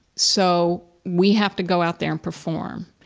so we have to go out there and perform,